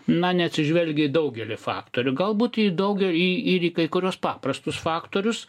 na neatsižvelgia į daugelį faktorių galbūt į daugelį į ir į kai kuriuos paprastus faktorius